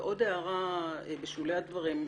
ועוד הערה בשולי הדברים,